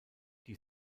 die